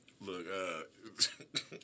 Look